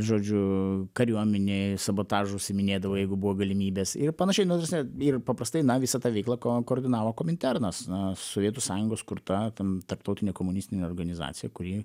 žodžiu kariuomenėj sabotažu užsiiminėdavo jeigu buvo galimybės ir panašiai na ta rasme ir paprastai na visą tą veiklą ko koordinavo kominternas na sovietų sąjungos kurta ten tarptautinė komunistinė organizacija kuri